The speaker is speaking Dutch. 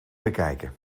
bekijken